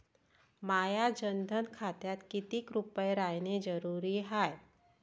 माह्या जनधन खात्यात कितीक रूपे रायने जरुरी हाय?